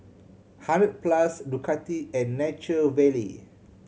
Hundred Plus Ducati and Nature Valley